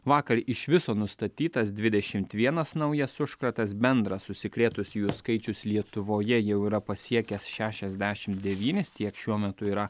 vakar iš viso nustatytas dvidešimt vienas naujas užkratas bendras užsikrėtusiųjų skaičius lietuvoje jau yra pasiekęs šešiasdešimt devynis tiek šiuo metu yra